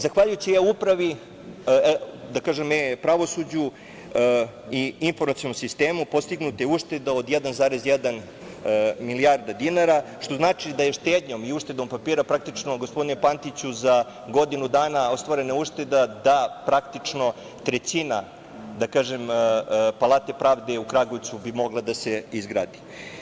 Zahvaljujući E-upravi, E-pravosuđu i informacionom sistemu postignuta je ušteda od 1,1 milijarde dinara, što znači da je štednjom i uštedom papira praktično, gospodine Pantiću, za godinu dana ostvarena ušteda da praktično trećina Palate pravde u Kragujevcu bi mogla da se izgradi.